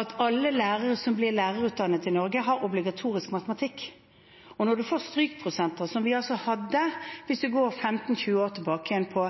at alle lærere som blir lærerutdannet i Norge, har obligatorisk matematikk, og når man får strykprosenter som vi hadde, hvis man går 15–20 år tilbake i tid, på